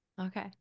okay